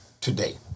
today